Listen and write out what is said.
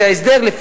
ש"ההסדר,